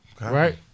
Right